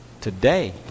Today